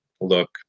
look